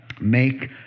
Make